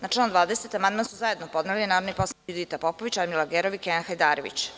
Na član 20. amandman su zajedno podneli narodni poslanici Judita Popović, Radmila Gerov i Kenan Hajdarević.